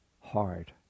hard